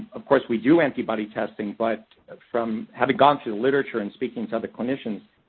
of course, we do antibody testing, but from having gone through literature and speaking to other clinicians,